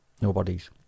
Nobody's